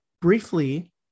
briefly